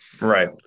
Right